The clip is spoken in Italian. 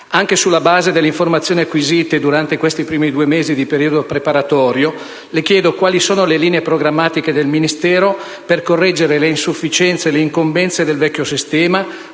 Anche sulla base delle informazioni acquisite durante questi primi due mesi di periodo preparatorio, le chiedo quali sono le linee programmatiche del Ministero per correggere le insufficienze e le incombenze del vecchio sistema,